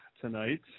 tonight